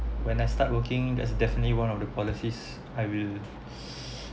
when I start working that's definitely one of the policies I will